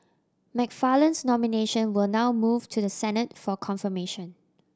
McFarland's nomination will now move to the Senate for confirmation